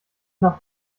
nach